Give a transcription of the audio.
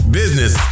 business